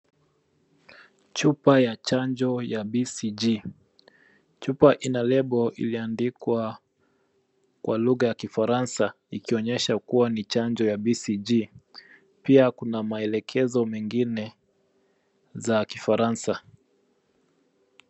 Chupa ya chanjo ya BCG chupa inalable ilioandikwa kwa lugha ya kifaransa ikonyesha kua ni chanjo ya BCG pia kuna maelekezo mengine za kifaransa.